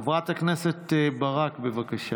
חברת הכנסת ברק, בבקשה.